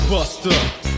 Buster